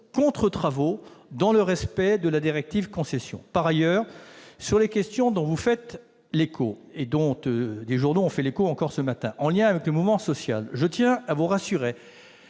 contre travaux, dans le respect de la directive Concession. Par ailleurs, s'agissant des questions dont vous vous faites l'écho, et que les journaux ont relayées encore ce matin, en lien avec le mouvement social, je tiens à vous rassurer